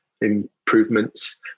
improvements